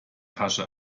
tasche